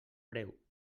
preu